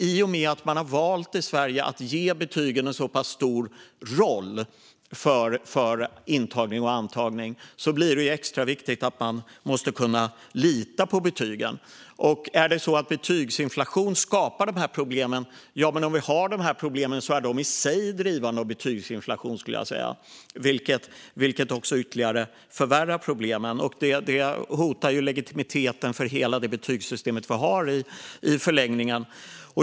I och med att vi i Sverige har valt att ge betygen en så pass stor roll för intagning och antagning blir det extra viktigt att man kan lita på betygen. Är det så att betygsinflation skapar de här problemen? Om vi har de här problemen är de i sig drivande av betygsinflation, skulle jag säga, vilket också ytterligare förvärrar problemen. Det hotar i förlängningen legitimiteten för hela det betygssystem vi har.